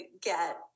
get